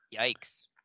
Yikes